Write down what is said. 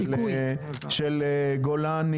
של צומת גולני,